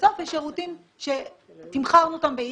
ובסוף יש שירותים שתמחרנו אותם ב-X,